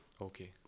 Okay